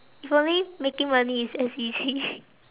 if only making money is as easy